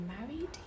married